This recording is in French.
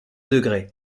degrés